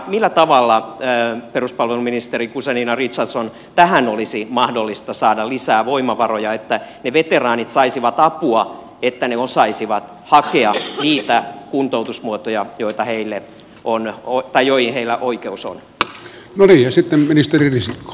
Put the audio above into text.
millä tavalla peruspalveluministeri guzenina richardson olisi mahdollista saada lisää voimavaroja siihen että ne veteraanit saisivat apua että he osaisivat hakea niitä kuntoutusmuotoja joihin heillä oikeus on